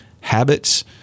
habits